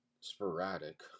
sporadic